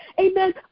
Amen